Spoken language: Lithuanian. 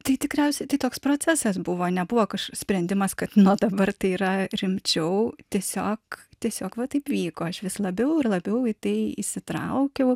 tai tikriausiai tai toks procesas buvo nebuvo sprendimas kad nu dabar tai yra rimčiau tiesiog tiesiog va taip vyko aš vis labiau ir labiau į tai įsitraukiau